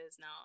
now